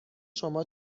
شما